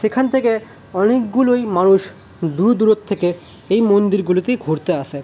সেখান থেকে অনেকগুলোই মানুষ দূর দূরের থেকে এই মন্দিরগুলোতেই ঘুরতে আসে